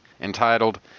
entitled